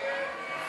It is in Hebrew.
ההסתייגות (4)